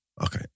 Okay